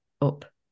up